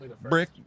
Brick